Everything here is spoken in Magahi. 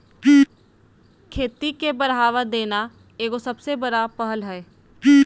खेती के बढ़ावा देना एगो सबसे बड़ा पहल हइ